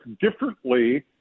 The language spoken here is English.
differently